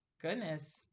Goodness